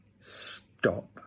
stop